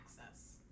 access